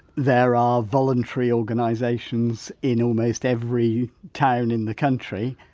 there are voluntary organisations in almost every town in the country.